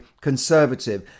conservative